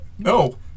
No